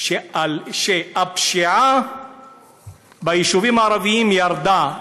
שהפשיעה ביישובים הערביים ירדה,